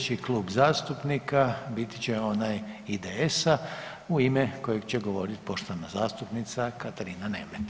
Sljedeći klub zastupnika biti će onaj IDS-a u ime kojeg će govoriti poštovana zastupnica Katarina Nemet.